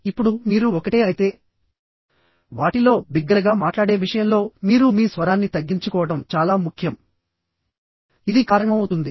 ఇప్పుడు మీరు ఒకటే అయితే వాటిలో బిగ్గరగా మాట్లాడే విషయంలో మీరు మీ స్వరాన్ని తగ్గించుకోవడం చాలా ముఖ్యం ఇది కారణమవుతుంది